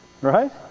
Right